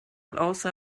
also